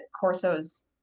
Corso's